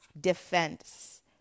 defense